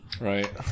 Right